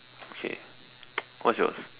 okay what's yours